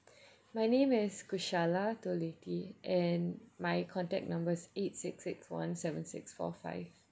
my name is kushala toletti and my contact number's eight six six one seven six four five